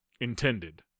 Intended